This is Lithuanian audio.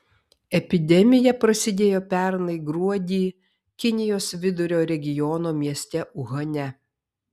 epidemija prasidėjo pernai gruodį kinijos vidurio regiono mieste uhane